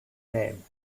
name